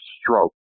stroke